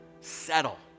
settle